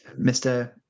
Mr